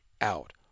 out